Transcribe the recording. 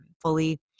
fully